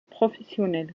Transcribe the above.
professionnel